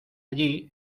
allí